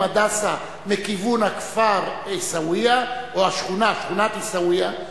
"הדסה" מכיוון הכפר עיסאוויה או שכונת עיסאוויה,